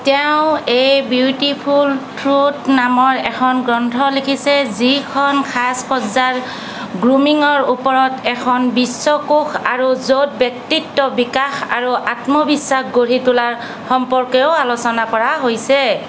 তেওঁ a beautiful truth নামৰ এখন গ্ৰন্থ লিখিছে যিখন সাজ সজ্জাৰ গ্ৰুমিঙৰ ওপৰত এখন বিশ্বকোষ আৰু য'ত ব্যক্তিত্ব বিকাশ আৰু আত্মবিশ্বাস গঢ়ি তোলাৰ সম্পৰ্কেও আলোচনা কৰা হৈছে